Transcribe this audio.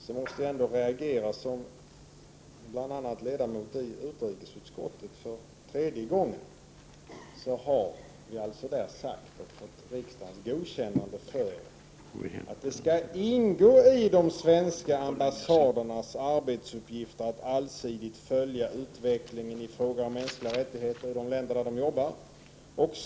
För tredje gången har vi i utskottet uttalat, och fått riksdagens godkännande för, att det skall ingå i de svenska ambassadernas arbetsuppgifter att allsidigt följa utvecklingen i fråga om mänskliga rättigheter i de länder där man verkar.